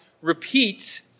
repeat